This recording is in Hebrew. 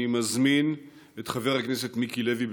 אני מזמין את חבר הכנסת מיקי לוי.